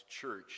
church